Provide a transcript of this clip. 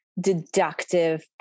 deductive